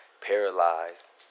paralyzed